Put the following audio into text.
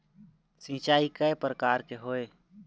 सिचाई कय प्रकार के होये?